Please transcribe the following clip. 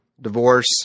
divorce